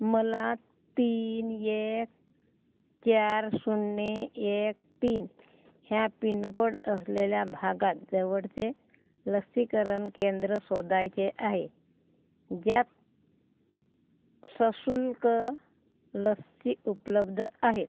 मला तीन एक चार शून्य एक तीन ह्या पिनकोड असलेल्या भागात जवळचे लसीकरण केंद्र शोधायचे आहे ज्यात सशुल्क लसी उपलब्ध आहेत